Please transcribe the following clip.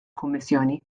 kummissjoni